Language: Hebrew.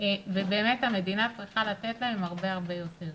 ובאמת המדינה צריכה לתת להם הרבה הרבה יותר.